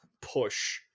push